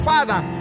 Father